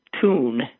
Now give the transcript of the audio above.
tune